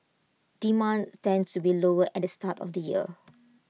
demand tends to be lower at the start of the year